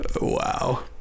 wow